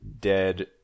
dead